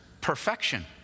perfection